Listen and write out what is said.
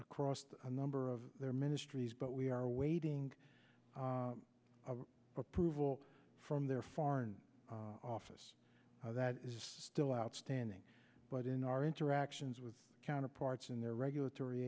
across the number of their ministries but we are awaiting approval from their foreign office that is still outstanding but in our interactions with counterparts in their regulatory